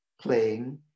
playing